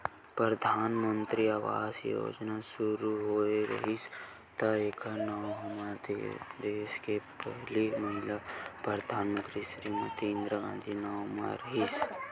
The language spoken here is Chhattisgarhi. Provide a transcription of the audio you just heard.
परधानमंतरी आवास योजना सुरू होए रिहिस त एखर नांव हमर देस के पहिली महिला परधानमंतरी श्रीमती इंदिरा गांधी के नांव म रिहिस